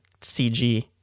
CG